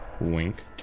wink